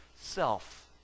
self